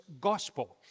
Gospel